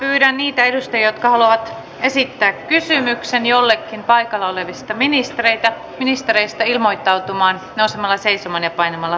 pyydän niitä edustajia jotka haluavat esittää kysymyksen ministerille ilmoittautumaan painamalla p painiketta ja nousemalla seisomaan